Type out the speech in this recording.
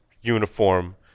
Uniform